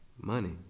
Money